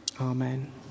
Amen